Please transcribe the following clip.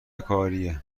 کاریه